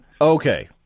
Okay